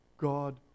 God